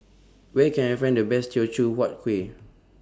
Where Can I Find The Best Teochew Huat Kueh